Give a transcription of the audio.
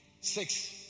six